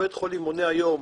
בית החולים מונה היום